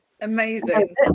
Amazing